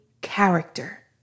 character